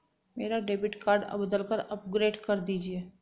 मेरा debit card बदलकर upgrade कर दीजिए